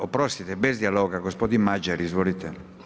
Oprostite bez dijaloga, gospodin Madjer, izvolite.